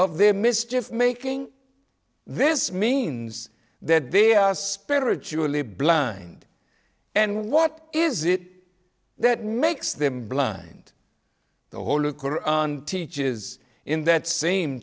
of their mischief making this means that they are spiritually blind and what is it that makes them blind the holy koran teaches in that same